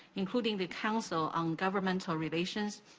including the council on governmental relations,